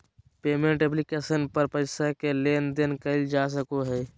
payment application पर पैसा के लेन देन कइल जा सको हइ